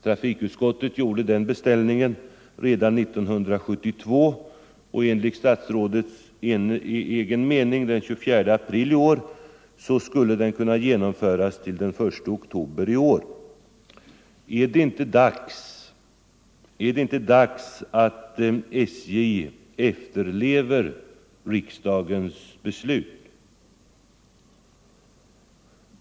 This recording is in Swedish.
Trafikutskottet gjorde den beställningen redan 1972, och enligt statsrådets egen mening den 24 april i år skulle beställningen kunna effektueras till den 1 oktober i år. Är det inte dags att SJ efterlever riksdagens beslut?